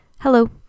Hello